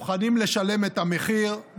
מוכנים לשלם את המחיר,